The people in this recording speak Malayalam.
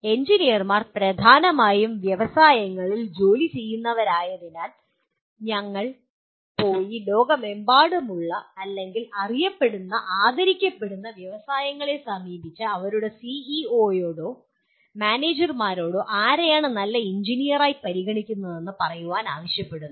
എഞ്ചിനീയർമാർ പ്രധാനമായും വ്യവസായങ്ങളിൽ ജോലി ചെയ്യുന്നവരായതിനാലാണ് ഞങ്ങൾ പോയി ലോകമെമ്പാടുമുള്ള അല്ലെങ്കിൽ അറിയപ്പെടുന്ന ആദരിക്കപ്പെടുന്ന വ്യവസായങ്ങളെ സമീപിച്ച് അവരുടെ സിഇഒയോടോ മാനേജർമാരോടോ ആരെയാണ് നല്ല എഞ്ചിനീയറായി പരിഗണിക്കുന്നതെന്ന് പറയാൻ ആവശ്യപ്പെടുന്നു